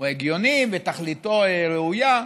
הוא הגיוני ותכליתו ראויה,